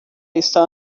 está